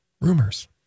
rumors